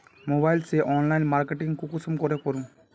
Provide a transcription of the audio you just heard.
Mobile से online marketing कुंसम के करूम?